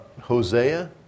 Hosea